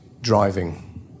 driving